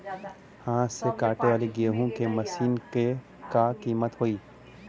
हाथ से कांटेवाली गेहूँ के मशीन क का कीमत होई?